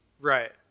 Right